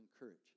encourage